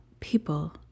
people